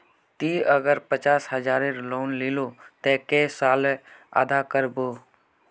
ती अगर पचास हजारेर लोन लिलो ते कै साले अदा कर बो?